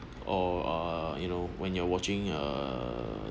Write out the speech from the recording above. or uh you know when you're watching err